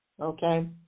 Okay